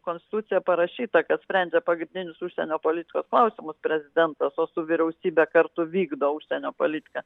konstituciją parašyta kad sprendžia pagrindinius užsienio politikos klausimus prezidentas o su vyriausybe kartu vykdo užsienio politiką